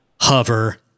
hover